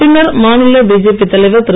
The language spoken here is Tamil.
பின்னர் மாநில பிஜேபி தலைவர் திரு